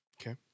Okay